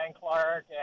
clark